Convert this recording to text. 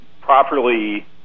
properly